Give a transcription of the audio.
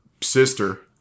sister